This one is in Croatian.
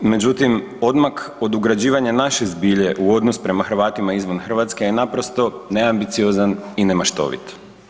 Međutim odmak od ugrađivanja naše zbilje u odnos prema Hrvatima izvan Hrvatske je naprosto neambiciozan i nemaštovit.